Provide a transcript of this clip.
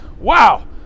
wow